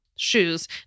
shoes